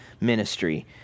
ministry